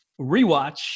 rewatch